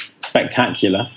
spectacular